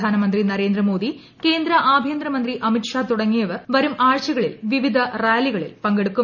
പ്രധാനമന്ത്രി നരേന്ദ്രമോദി കേന്ദ്ര ആഭ്യന്തരമന്ത്രി അമിത്ഷാ തുടങ്ങിയവർ വരും ആഴ്ചക ളിൽ വിവിധ റാലികളിൽ പങ്കെടുക്കും